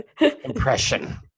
impression